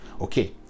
Okay